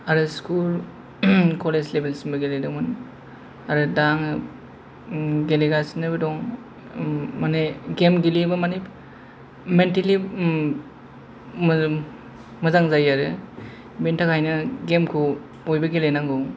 आरो school college level सिमबो गेलेदोंमोन आरो दा आङो गेलेगासिनोबो दं माने गेम गेलेयोब्ला मानि मेन्टेलि मोजां जायो आरो बेनि थाखायनो बयबो गेम गेलेनांगौ